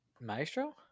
Maestro